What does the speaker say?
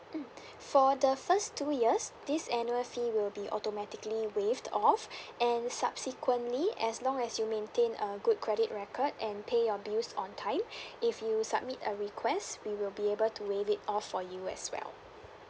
mm for the first two years this annual fee will be automatically waived off and subsequently as long as you maintain a good credit record and pay your bills on time if you submit a request we will be able to waive it off for you as well